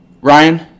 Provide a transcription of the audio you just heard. Ryan